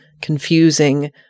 confusing